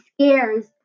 scares